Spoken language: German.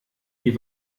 die